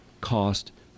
cost